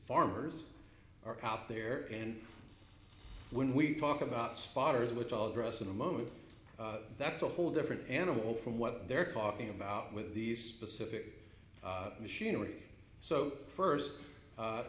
farmers are out there and when we talk about spiders which i'll address in a moment that's a whole different animal from what they're talking about with these specific machinery so first